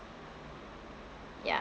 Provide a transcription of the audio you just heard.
ya